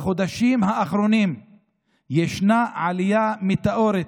בחודשים האחרונים ישנה עלייה מטאורית,